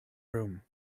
room